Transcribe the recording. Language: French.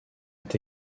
est